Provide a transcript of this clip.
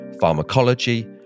pharmacology